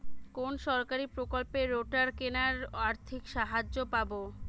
কোন সরকারী প্রকল্পে রোটার কেনার আর্থিক সাহায্য পাব?